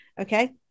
okay